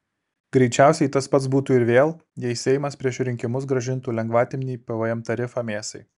greičiausiai tas pats būtų ir vėl jei seimas prieš rinkimus grąžintų lengvatinį pvm tarifą mėsai